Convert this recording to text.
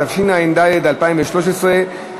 התשע"ד 2013,